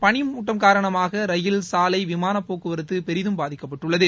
பனிமூட்டம் காரணமாக ரயில் சாலை விமாளப் போக்குவர்தது பெரிதும் பாதிக்கப்பட்டுள்ளது